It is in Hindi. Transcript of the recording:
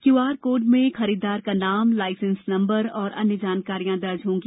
क्यू आर कोड में खरीदार का नाम लायसेंस नम्बर और अन्य जानकारियां दर्ज होगी